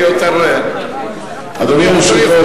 אדוני היושב-ראש,